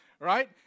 right